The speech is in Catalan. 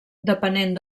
depenent